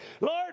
Lord